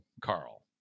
Carl